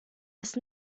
ist